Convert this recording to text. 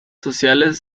sociales